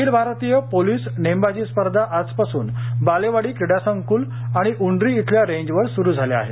अखिल भारतीय पोलिस नेमवाजी स्पर्धा आजपासून बालेवाडी क्रीडसंकल आणि उंड़ी इथल्या रेंजवर सुरु झाल्या आहेत